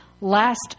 Last